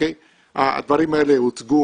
הדברים האלה הוצגו,